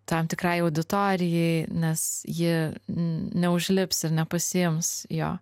tam tikrai auditorijai nes ji neužlips ir nepasiims jo